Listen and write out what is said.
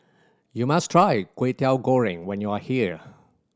you must try Kwetiau Goreng when you are here